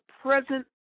present